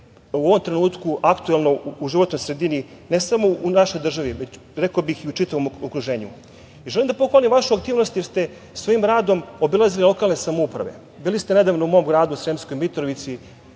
u ovom trenutku aktuelno u životnoj sredini, ne samo u našoj državi, već rekao bih i u čitavom okruženju. Želim da pohvalim vašu aktivnost jer ste svojim radom obilazili lokalne samouprave. Bili ste nedavno u mom gradu, Sremskoj Mitrovici,